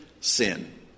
sin